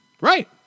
Right